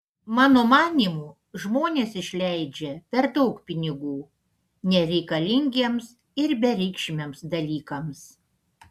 mano manymu žmonės išleidžia per daug pinigų nereikalingiems ir bereikšmiams dalykams